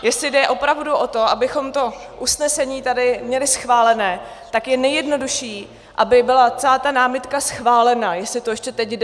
Jestli jde opravdu o to, abychom to usnesení tady měli schválené, tak je nejjednodušší, aby byla celá ta námitka schválena, jestli to ještě teď jde.